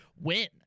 win